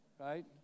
Right